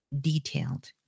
detailed